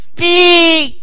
Speak